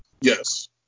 Yes